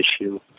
issue